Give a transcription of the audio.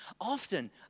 often